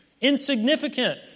insignificant